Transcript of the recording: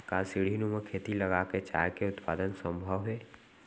का सीढ़ीनुमा खेती लगा के चाय के उत्पादन सम्भव हे?